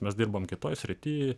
mes dirbam kitoje srityj